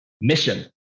Mission